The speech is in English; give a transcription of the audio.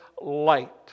light